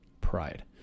pride